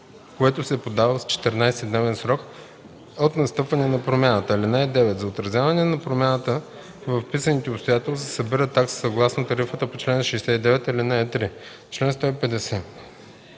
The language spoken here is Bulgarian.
което се подава в 14-дневен срок от настъпване на промяната. (9) За отразяване на промяна във вписаните обстоятелства се събира такса съгласно тарифата по чл. 69, ал. 3.” Комисията